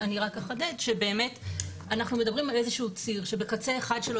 אני רק אחדד שאנחנו מדברים על איזשהו ציר שבקצה אחד שלו